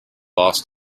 lost